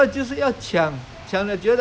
!aiya! 要怎样讲